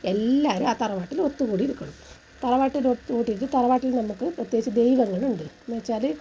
എല്ലാവരും ആ തറവാട്ടിൽ ഒത്തുകൂടി ഇരിക്കണം തറവാട്ടിലൊത്തു കൂടിയിട്ട് തറവാട്ടിൽ നമുക്ക് പ്രത്യേകിച്ച് ദൈവങ്ങളുണ്ട് എന്നു വെച്ചാൽ